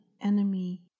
enemy